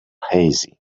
hazy